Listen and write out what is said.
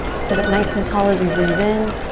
sit up nice and tall as you breathe in.